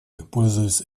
пользуясь